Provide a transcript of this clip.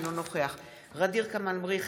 אינו נוכח ע'דיר כמאל מריח,